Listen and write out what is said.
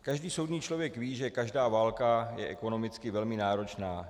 Každý soudný člověk ví, že každá válka je ekonomicky velmi náročná.